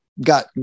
got